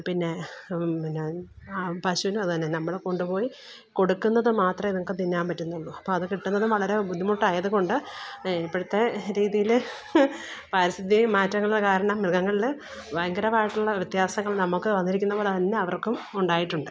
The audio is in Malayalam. പിന്നെ പിന്നെ പശുവിനും അത് തന്നെ നമ്മൾ കൊണ്ടുപോയി കൊടുക്കുന്നത് മാത്രമേ അതുങ്ങൾക്ക് തിന്നാന് പറ്റുന്നുള്ളൂ അപ്പോൾ അത് കിട്ടുന്നതും വളരെ ബുദ്ധിമുട്ടായതുകൊണ്ട് ഇപ്പോഴത്തെ രീതിയിൽ പരിസ്ഥിതി മാറ്റങ്ങൾ കാരണം മൃഗങ്ങളിൽ ഭയങ്കരമായിട്ടുള്ള വ്യത്യാസങ്ങള് നമുക്ക് വന്നിരിക്കുന്നത് പോലെ തന്നെ അവര്ക്കും ഉണ്ടായിട്ടുണ്ട്